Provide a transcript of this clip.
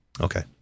Okay